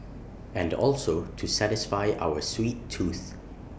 and also to satisfy our sweet tooth